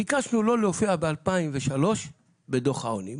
ביקשנו לא להופיע ב-2003 בדוח העוני.